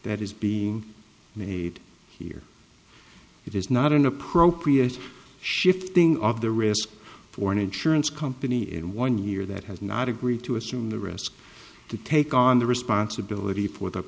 that is being made here it is not an appropriate shifting of the risk for an insurance company in one year that has not agreed to assume the risk to take on the responsibility for the